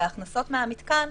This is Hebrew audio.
וההכנסות מהמתקן,